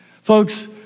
Folks